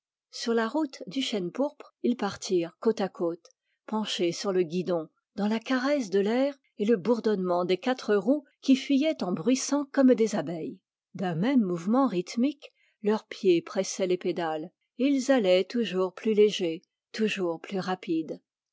sur la route du chêne pourpre ils partirent côte à côte dans la caresse de l'air et le bourdonnement des quatre roues qui fuyaient en bruissant comme des abeilles d'un même mouvement rythmique leurs pieds pressaient les pédales et ils allaient toujours plus légers toujours plus rapides